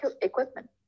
equipment